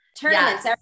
Tournaments